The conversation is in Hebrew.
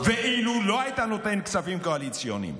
אילו לא היית נותן כספים קואליציוניים,